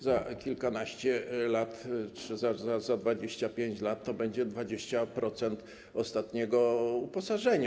Za kilkanaście lat, za 25 lat to będzie 20% ostatniego uposażenia.